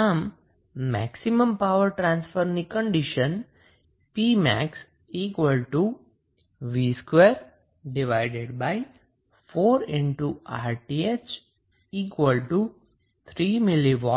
આમ maximum power transfer ની condition Pmax VTh24RTh 3mW